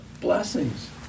blessings